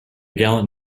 gallant